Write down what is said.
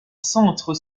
centres